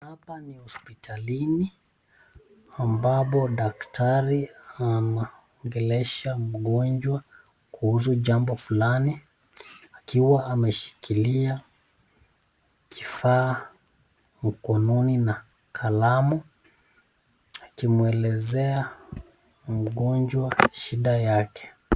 Hapa ni hospitalini ambapo daktari anaongelesha mgonjwa kuhusu jambo fulani akiwa ameshikilia kifaa mkononi na kalamu akimwelezea mgonjwa shida yake.